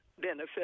benefit